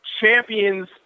champions